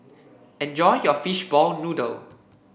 enjoy your Fishball Noodle